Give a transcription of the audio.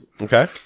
Okay